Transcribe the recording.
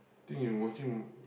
think you watching